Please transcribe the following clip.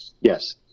yes